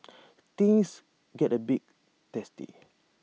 things get A bit testy